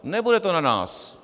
Nebude to na nás.